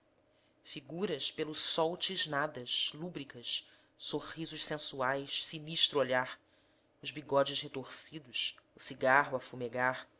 figuras pelo sol tisnadas lúbricas sorrisos sensuais sinistro olhar os bigodes retorcidos o cigarro a fumegar